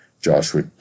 Joshua